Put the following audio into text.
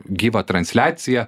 gyvą transliaciją